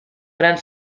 gran